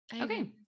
Okay